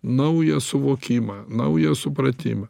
naują suvokimą naują supratimą